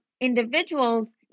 individuals